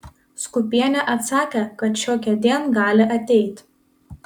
skūpienė atsakė kad šiokiądien gali ateit